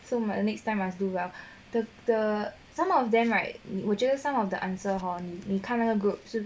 so my next time must do well the the some of them right 我觉得 some of the answer hor 你看那个 group